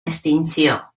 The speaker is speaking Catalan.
extinció